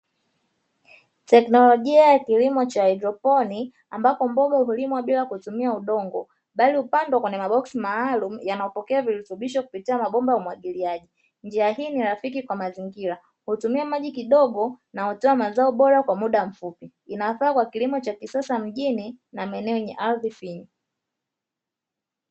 Teknolojia ya kilimo cha haidroponi ambapo mboga hulimwa bila kutumia udongo bali hupandwa kwenye maboksi maalumu yanayopekea virutubisho kupitia mabomba ya umwagiliaji. Njia hii ni rafiki kwa mazingira hutumia maji kidogo na hutoa mazao bora kwa muda mfupi, inafaa kwa kilimo cha kisasa mjini na maeneo yenye ardhi finyu.